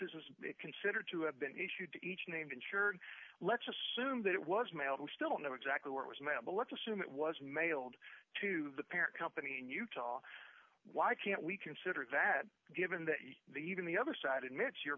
was considered to have been issued to each named insured let's assume that it was mailed we still know exactly what was meant but let's assume it was mailed to the parent company in utah why can't we consider that given that the even the other side admits you're